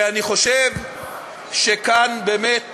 ואני חושב שכאן באמת